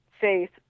faith